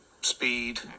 speed